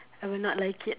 I will not like it